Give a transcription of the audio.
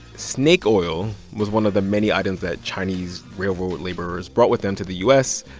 snake oil was one of the many items that chinese railroad laborers brought with them to the u s.